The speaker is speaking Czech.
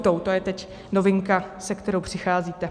To je teď novinka, se kterou přicházíte.